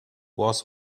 was